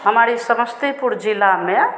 हमारे समस्तीपुर ज़िला में